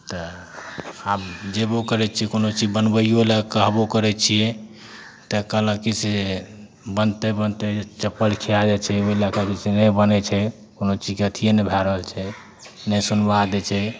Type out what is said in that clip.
तऽ आब जेबो करय छियै कोनो चीज बनबैयो लए कहबो करय छियै तऽ कहलक की से बनिते बनिते चप्पल खियाइ जाइ छै ओइ लए कऽ जे छै नहि बनय छै कोनो चीजके अथिये नहि भए रहल छै ने सुनबाह दै छै